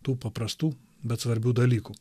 tų paprastų bet svarbių dalykų